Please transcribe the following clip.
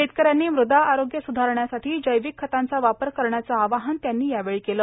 शेतकऱ्यांनी मृदा आरोग्य सुधारण्यासाठी जैविक खतांचा वापर करण्याचं आवाहन यावेळी केलं